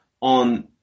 on